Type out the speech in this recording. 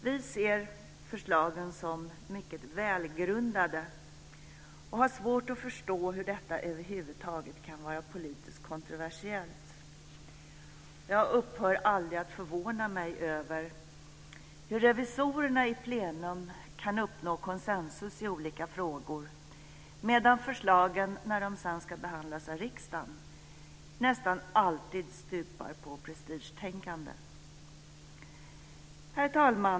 Vi ser förslagen som mycket välgrundade och har svårt att förstå hur detta över huvud taget kan vara politiskt kontroversiellt. Jag upphör aldrig att förvåna mig över hur revisorerna i plenum kan uppnå konsensus i olika frågor medan förslagen, när de sedan ska behandlas av riksdagen, nästan alltid stupar på prestigetänkande. Herr talman!